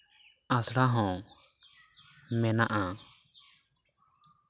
ᱟᱥᱲᱟ ᱦᱚᱸ ᱢᱮᱱᱟᱜᱼᱟ